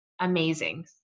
amazing